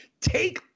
take